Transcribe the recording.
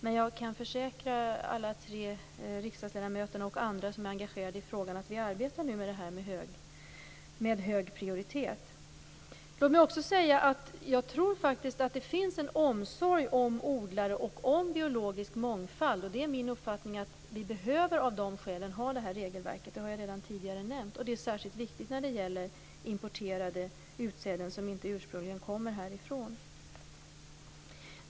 Men jag kan försäkra alla tre riksdagsledamöter här och alla andra som är engagerade i frågan att vi nu med hög prioritet arbetar med detta. Jag tror faktiskt att det finns en omsorg om odlare och om biologisk mångfald. Av de skälen behöver vi det här regelverket, och det är särskilt viktigt när det gäller importerade utsäden som inte ursprungligen kommer härifrån.